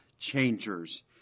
changers